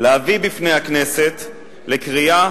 להביא בפני הכנסת לקריאה